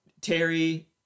Terry